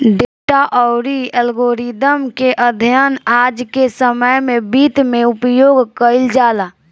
data अउरी algorithm के अध्ययन आज के समय में वित्त में उपयोग कईल जाला